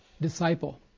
Disciple